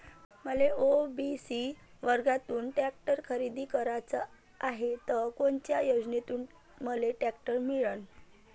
मले ओ.बी.सी वर्गातून टॅक्टर खरेदी कराचा हाये त कोनच्या योजनेतून मले टॅक्टर मिळन?